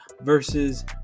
versus